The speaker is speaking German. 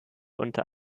unter